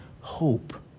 hope